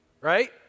right